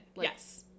Yes